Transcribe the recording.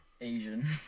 Asian